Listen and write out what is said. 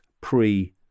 pre